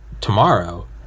tomorrow